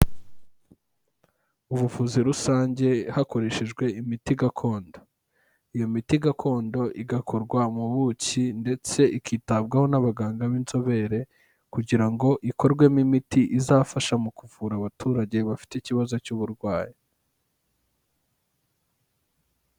Ubuvuzi rusange hakoreshejwe imiti gakondo. Iyo miti gakondo igakorwa mu buki ndetse ikitabwaho n'abaganga b'inzobere kugira ngo ikorwemo imiti izafasha mu kuvura abaturage bafite ikibazo cy'uburwayi.